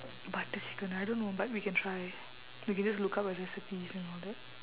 butter chicken I don't know but we can try we can just look up at recipes and all that